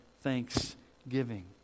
thanksgiving